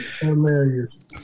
hilarious